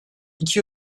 iki